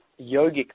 yogic